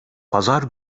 pazar